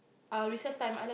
uh recess time I like